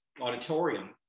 auditorium